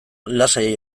lasai